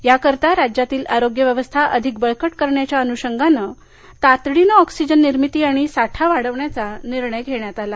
याकरिता राज्यातील आरोग्य व्यवस्था अधिक बळकट करण्याच्या अनुषंगाने तातडीने ऑक्सीजन निर्मिती आणि साठा वाढविण्याचा निर्णय घेण्यात आला